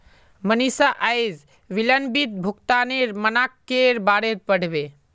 मनीषा अयेज विलंबित भुगतानेर मनाक्केर बारेत पढ़बे